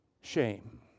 shame